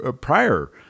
prior